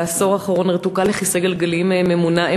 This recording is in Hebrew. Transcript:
בעשור האחרון היא רתוקה לכיסא גלגלים ממונע,